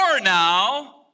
now